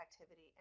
activity